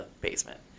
basement